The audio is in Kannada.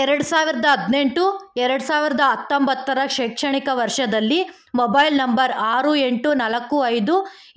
ಎರಡು ಸಾವಿರದ ಹದ್ನೆಂಟು ಎರಡು ಸಾವಿರದ ಹತ್ತೊಂಬತ್ತರ ಶೈಕ್ಷಣಿಕ ವರ್ಷದಲ್ಲಿ ಮೊಬೈಲ್ ನಂಬರ್ ಆರು ಎಂಟು ನಾಲ್ಕು ಐದು